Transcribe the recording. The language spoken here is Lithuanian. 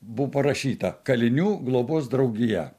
buvo parašyta kalinių globos draugija